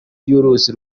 y’uruzi